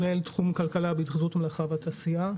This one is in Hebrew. מנהל תחום כלכלה בהתאחדות מלאכה ותעשייה.